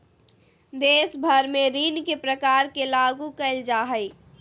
देश भर में ऋण के प्रकार के लागू क़इल जा हइ